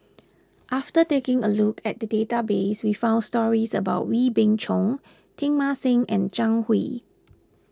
after taking a look at the database we found stories about Wee Beng Chong Teng Mah Seng and Zhang Hui